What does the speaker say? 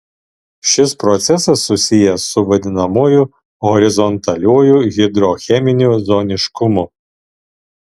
šis procesas susijęs su vadinamuoju horizontaliuoju hidrocheminiu zoniškumu